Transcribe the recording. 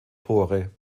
tore